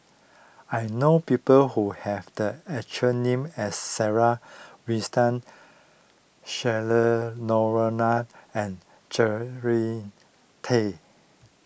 I know people who have the extra name as Sarah Winstedt Cheryl Noronha and Jary Tay